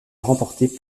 remporté